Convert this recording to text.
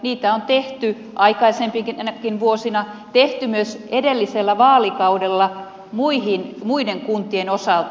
niitä on tehty aikaisempinakin vuosina tehty myös edellisellä vaalikaudella muiden kuntien osalta